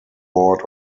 board